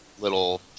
Little